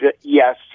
yes